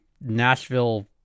Nashville